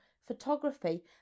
photography